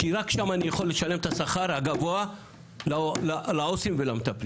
כי רק שם אני יכול לשלם את השכר הגבוה לעו"סים ולמטפלים,